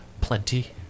plenty